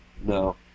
No